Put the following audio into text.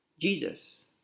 Jesus